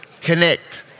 Connect